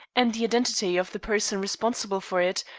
and the identity of the person responsible for it,